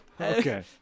Okay